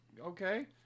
okay